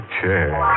chair